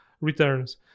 returns